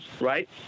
right